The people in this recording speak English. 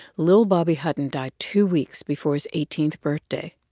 little bobby hutton died two weeks before his eighteenth birthday.